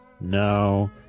No